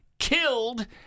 Killed